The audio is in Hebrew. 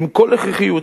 עם כל הכרחיותן,